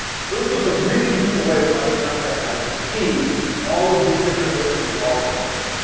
so this was a really useful way for my fiancee and i to see all of these different listings all at once.